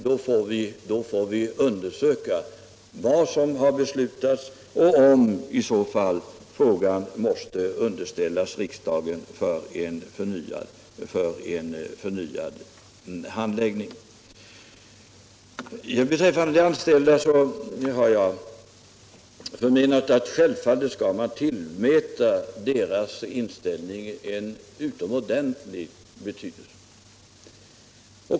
Då får vi undersöka vad som har beslutats och om i så fall frågan måste underställas riksdagen för en förnyad handläggning. Beträffande de anställda har jag förmenat att vi självfallet skall tillmäta deras inställning en utomordentlig betydelse.